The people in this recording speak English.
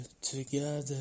together